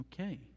Okay